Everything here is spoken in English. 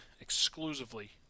exclusively